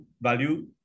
value